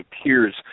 appears